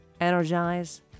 energize